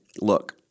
look